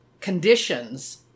conditions